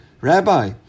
Rabbi